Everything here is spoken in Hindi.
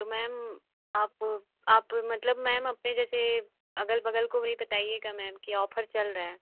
तो मैम आप आप मतलब मैम अपने जैसे अगल बगल को भी बताइएगा मैम कि ऑफर चल रहा है